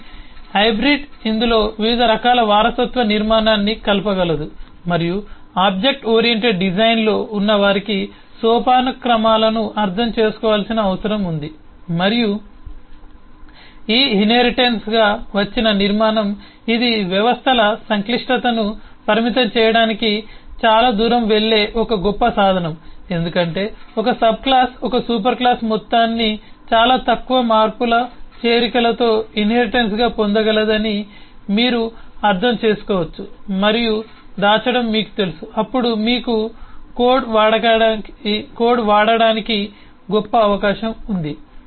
కాబట్టి హైబ్రిడ్ ఇందులో వివిధ రకాల వారసత్వ నిర్మాణాన్ని కలపగలదు మరియు ఆబ్జెక్ట్ ఓరియెంటెడ్ డిజైన్లో ఉన్నవారికి సోపానక్రమాలను అర్థం చేసుకోవాల్సిన అవసరం ఉంది మరియు ఈ ఇన్హెరిటెన్స్గా వచ్చిన నిర్మాణం ఇది వ్యవస్థల సంక్లిష్టతను పరిమితం చేయడానికి చాలా దూరం వెళ్ళే ఒక గొప్ప సాధనం ఎందుకంటే ఒక సబ్క్లాస్ ఒక సూపర్ క్లాస్ మొత్తాన్ని చాలా తక్కువ మార్పుల చేరికలతో ఇన్హెరిటెన్స్గా పొందగలదని మీరు అర్థం చేసుకోవచ్చు మరియు దాచడం మీకు తెలుసు అప్పుడు మీకు కోడ్ వాడకానికి గొప్ప అవకాశం ఉంది